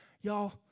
y'all